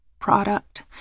product